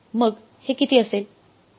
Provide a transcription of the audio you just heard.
मग हे किती असेल